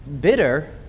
bitter